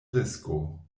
risko